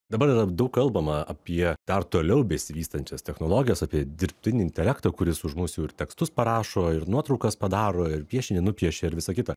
dabar yra daug kalbama apie dar toliau besivystančias technologijas apie dirbtinį intelektą kuris už mus jau ir tekstus parašo ir nuotraukas padaro ir piešinį nupiešia ir visa kita